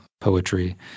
poetry